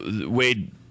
Wade